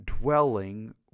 dwelling